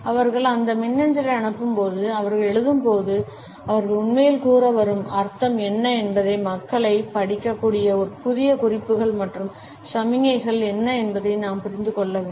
அவர்கள் அந்த மின்னஞ்சலை அனுப்பும்போதும் அவர்கள் எழுதியபோதும் அவர்கள் உண்மையில் கூறவரும் அர்த்தம் என்ன என்பதையும் மக்களைப் படிக்கக்கூடிய புதிய குறிப்புகள் மற்றும் சமிக்ஞைகள் என்ன என்பதையும் நாம் புரிந்து கொள்ள வேண்டும்